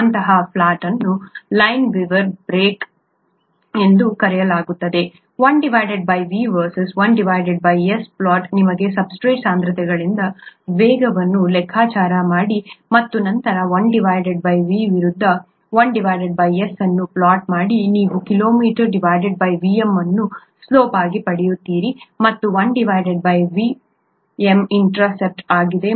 ಅಂತಹ ಪ್ಲಾಟ್ ಅನ್ನು Lineweaver Burk plot ಎಂದು ಕರೆಯಲಾಗುತ್ತದೆ 1 V ವರ್ಸಸ್ 1 S ನ ಪ್ಲಾಟ್ ನೀವು ಸಬ್ಸ್ಟ್ರೇಟ್ ಸಾಂದ್ರತೆಗಳಿಂದ ವೇಗವನ್ನು ಲೆಕ್ಕಾಚಾರ ಮಾಡಿ ಮತ್ತು ನಂತರ 1 V ವಿರುದ್ಧ 1S ಅನ್ನು ಪ್ಲಾಟ್plot ಮಾಡಿ ನೀವು Km Vm ಅನ್ನು ಸ್ಲೋಪ್ ಆಗಿ ಪಡೆಯುತ್ತೀರಿ ಮತ್ತು 1Vm ಇಂಟರ್ಸೆಪ್ಟ್ ಆಗಿದೆ